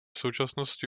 současnosti